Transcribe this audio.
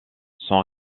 sont